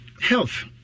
health